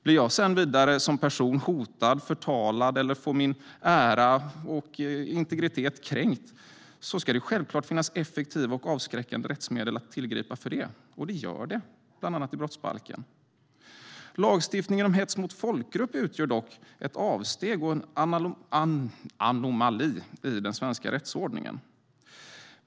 Om jag som person blir hotad eller förtalad eller om min ära och integritet kränks ska det självklart finnas effektiva och avskräckande rättsmedel att tillgripa. Och det gör det, bland annat i brottsbalken. Lagstiftningen om hets mot folkgrupp utgör dock ett avsteg och en anomali i den svenska rättsordningen.